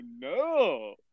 no